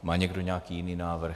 Má někdo nějaký jiný návrh?